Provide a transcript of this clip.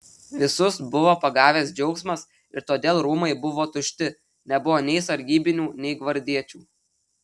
visus buvo pagavęs džiaugsmas ir todėl rūmai buvo tušti nebuvo nei sargybinių nei gvardiečių